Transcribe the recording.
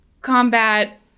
combat